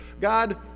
God